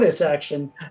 action